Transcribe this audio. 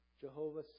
Jehovah